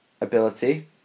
ability